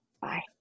Bye